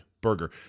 burger